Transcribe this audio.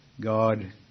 God